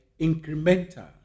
incremental